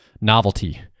novelty